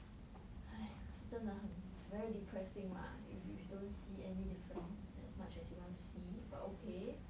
!hais! 可是真的很 very depressing lah if you don't see any difference as much as you want to see but okay